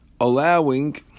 allowing